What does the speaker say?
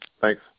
thanks